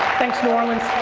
thanks new orleans.